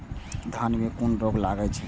धान में कुन रोग लागे छै?